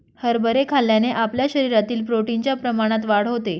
हरभरे खाल्ल्याने आपल्या शरीरातील प्रोटीन च्या प्रमाणात वाढ होते